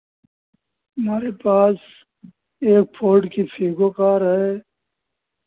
हमारे पास एक फ़ोर्ड की फिगो कार है